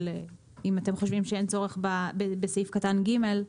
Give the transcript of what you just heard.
אם אתם חושבים שאין צורך בסעיף קטן (ג).